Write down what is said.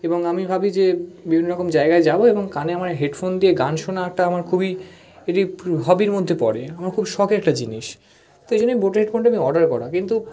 এবং আমি ভাবি যে বিভিন্ন রকম জায়গায় যাবো এবং কানে আমার হেডফোন দিয়ে গান শোনা একটা আমার খুবই একটি হবির মধ্যে পড়ে আমার খুব শখের একটা জিনিস তাই জন্য আমি বোটের হেডফোনটা আমি অর্ডার করা কিন্তু